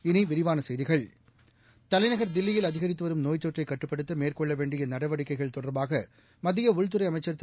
இனிவிரிவானசெய்திகள் தலைநகர் தில்லியில் அதிகரித்துவரும் நோய்த்தொற்றைகட்டுப்படுத்தமேற்கொள்ளவேண்டியநடவடிக்கைகள் தொடர்பாகமத்தியஉள்துறைஅமைச்சர் திரு